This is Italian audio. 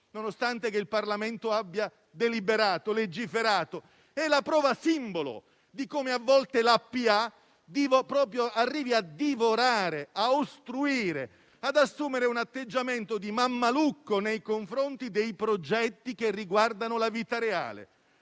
nonostante il Parlamento abbia deliberato e legiferato. Questa è la prova simbolo di come a volte la pubblica amministrazione arrivi a divorare, ad ostruire, ad assumere un atteggiamento da mammalucco, nei confronti di progetti che riguardano la vita reale.